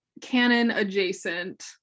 canon-adjacent